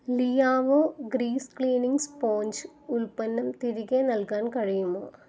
Liao grease cleaning sponge ഉൽപ്പന്നം തിരികെ നൽകാൻ കഴിയുമോ